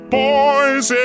boys